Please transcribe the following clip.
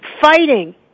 fighting